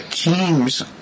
teams